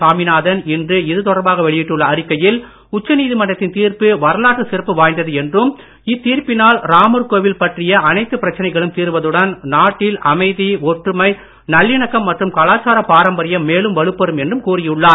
சாமிநாதன் இன்று இது தொடர்பாக வெளியிட்டுள்ள அறிக்கையில் உச்சநீதிமன்றத்தின் தீர்ப்பு வரலாற்று சிறப்பு வாய்ந்தது என்றும் இத்தீர்ப்பினால் ராமர் கோவில் பற்றிய எல்லாப் பிரச்சனைகளும் தீர்வதுடன் நாட்டில் அமைதி ஒற்றுமை நல்லிணக்கம் மற்றும் கலாச்சார பாரம்பரியம் மேலும் வலுப்பெறும் என்றும் கூறியுள்ளார்